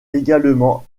également